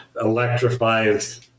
electrifies